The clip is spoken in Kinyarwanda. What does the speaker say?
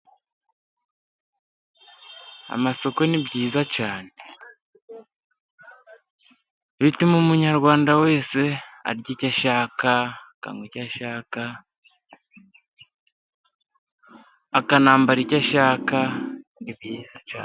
Amasoko ni meza cyane. Atuma umunyarwanda wese arya icyo ashaka, akanywa icyo ashaka, akanambara icyo ashaka, ni meza cyane.